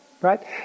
right